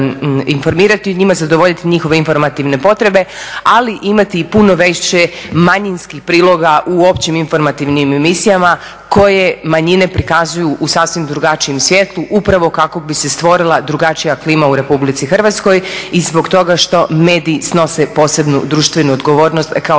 informirati o njima, zadovoljiti njihove informativne potrebe ali imati i puno više manjinskih priloga u općim informativnim emisijama koje manjine prikazuju u sasvim drugačijem svjetlu, upravo kako bi se stvorila drugačija klima u RH. I zbog toga što mediji snose posebnu društvenu odgovornost kao